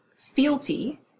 Fealty